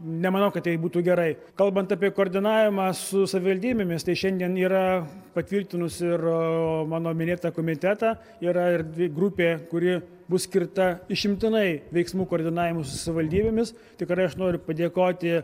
nemanau kad tai būtų gerai kalbant apie koordinavimą su savivaldybėmis tai šiandien yra patvirtinusi ir mano minėtą komitetą yra ir dvi grupė kuri bus skirta išimtinai veiksmų koordinavimui su savivaldybėmis tikrai aš noriu padėkoti